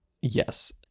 Yes